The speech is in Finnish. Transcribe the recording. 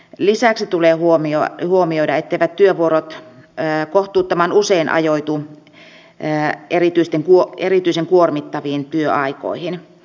lisäksi tulee huomioida etteivät työvuorot kohtuuttoman usein ajoitu erityisen kuormittaviin työaikoihin